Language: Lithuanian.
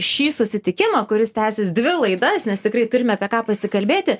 šį susitikimą kuris tęsis dvi laidas nes tikrai turim apie ką pasikalbėti